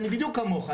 אני בדיוק כמוך.